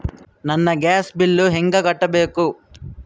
ನನ್ನ gas bill ಹೆಂಗ ಕಟ್ಟಬೇಕು?